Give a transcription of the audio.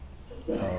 uh